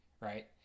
right